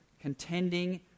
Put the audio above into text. contending